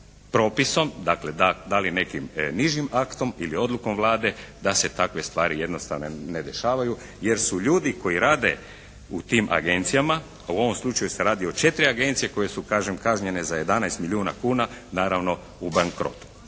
da li nekim nižim aktom ili odlukom Vlade da se takve stvari jednostavno ne dešavaju jer su ljudi koji rade u tim agencijama, a u ovom slučaju se radi o 4 agencije koje su kažem kažnjene za 11 milijuna kuna, naravno u bankrotu.